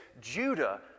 Judah